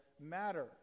matter